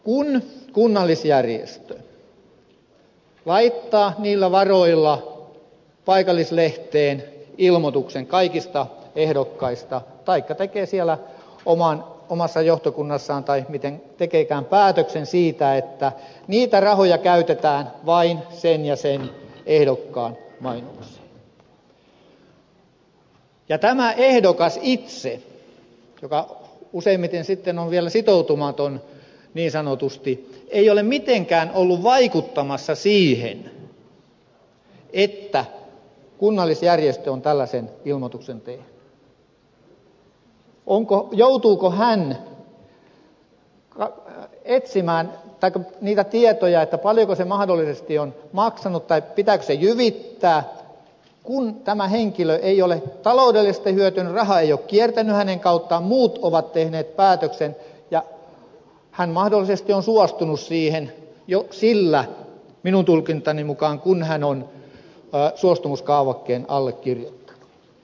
kun kunnallisjärjestö laittaa niillä varoilla paikallislehteen ilmoituksen kaikista ehdokkaista taikka tekee omassa johtokunnassaan tai miten tekeekään päätöksen siitä että niitä rahoja käytetään vain sen ja sen ehdokkaan mainokseen ja tämä ehdokas itse joka useimmiten sitten on vielä sitoutumaton niin sanotusti ei ole mitenkään ollut vaikuttamassa siihen että kunnallisjärjestö on tällaisen ilmoituksen tehnyt joutuuko ehdokas etsimään niitä tietoja paljonko se mahdollisesti on maksanut tai pitääkö se jyvittää kun tämä henkilö ei ole taloudellisesti hyötynyt raha ei ole kiertänyt hänen kauttaan muut ovat tehneet päätöksen ja hän mahdollisesti on suostunut siihen jo sillä minun tulkintani mukaan kun hän on suostumuskaavakkeen allekirjoittanut